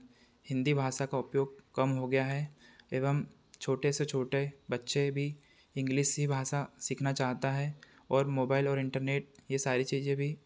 हिंदी भाषा का उपयोग कम हो गया है एवं छोटे से छोटे बच्चे भी इंग्लिस ही भाषा सीखना चाहता हैं और मोबाइल और इंटरनेट यह सारी चीज़ें भी